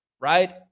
right